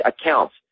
accounts